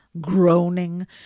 groaning